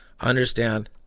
understand